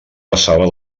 passava